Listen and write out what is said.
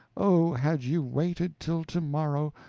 oh, had you waited till tomorrow,